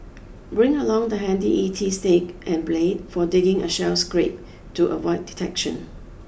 bring along the handy E T stick and blade for digging a shell scrape to avoid detection